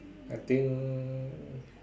I think